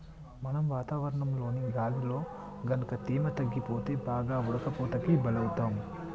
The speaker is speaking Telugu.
మనం వాతావరణంలోని గాలిలో గనుక తేమ తగ్గిపోతే బాగా ఉడకపోతకి బలౌతాం